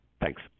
Thanks